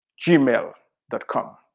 gmail.com